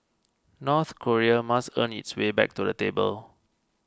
North Korea must earn its way back to the table